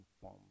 form